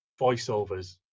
voiceovers